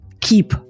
keep